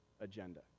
agenda